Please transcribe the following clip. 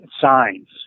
signs